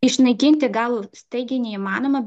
išnaikinti gal staigiai neįmanoma